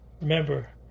remember